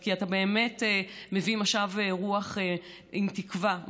כי אתה באמת מביא משב רוח עם תקווה,